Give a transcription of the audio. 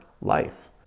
life